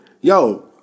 Yo